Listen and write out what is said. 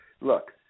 look